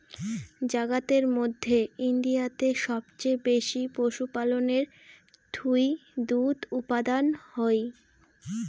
জাগাতের মধ্যে ইন্ডিয়াতে সবচেয়ে বেশি পশুপালনের থুই দুধ উপাদান হই